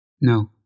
No